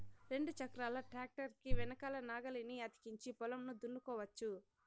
రెండు చక్రాల ట్రాక్టర్ కి వెనకల నాగలిని అతికించి పొలంను దున్నుకోవచ్చు